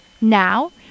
Now